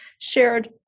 shared